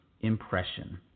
impression